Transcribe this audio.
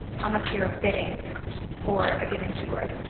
how much your bidding for a given keyword.